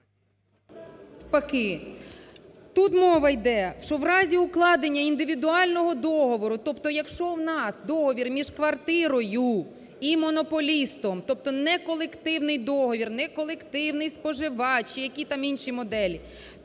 тут мова йде, що в разі укладення індивідуального договору, тобто якщо у нас договір між квартирою і монополістом, тобто не колективний договір, не колективний споживач чи які там інші моделі,